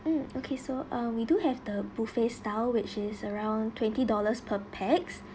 mm okay so uh we do have the buffet style which is around twenty dollars per pax